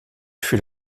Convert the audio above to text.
fut